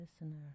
listener